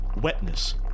Wetness